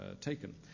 taken